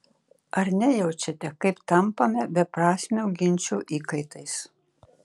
ar nejaučiate kaip tampame beprasmio ginčo įkaitais